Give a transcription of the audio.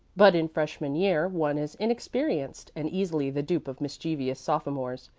but in freshman year one is inexperienced and easily the dupe of mischievous sophomores.